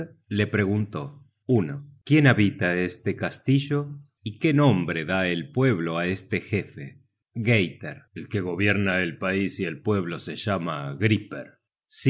le preguntó quién habita este castillo y qué nombre da el pueblo á este jefe gaita el que gobierna el pais y el pueblo se llama griper